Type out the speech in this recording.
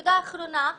נקודה אחרונה.